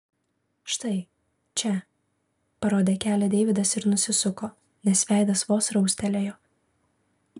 štai čia parodė kelią deividas ir nusisuko nes veidas vos raustelėjo